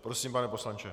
Prosím, pane poslanče.